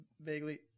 vaguely